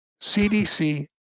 CDC